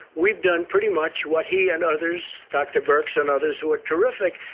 we've done pretty much what he and others, dr birx and others who are terrific,